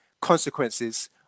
consequences